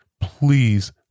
Please